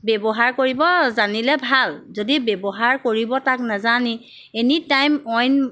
ব্যৱহাৰ কৰিব জানিলে ভাল যদি ব্যৱহাৰ কৰিব তাক নাজানি এনিটাইম অইন